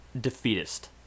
defeatist